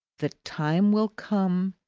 the time will come,